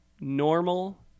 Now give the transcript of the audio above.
normal